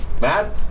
Matt